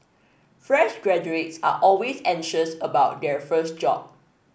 fresh graduates are always anxious about their first job